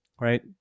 right